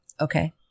Okay